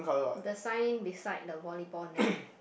the sign beside the volleyball net